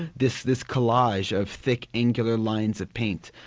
this this collage of thick, angular lines of paint.